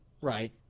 Right